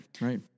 right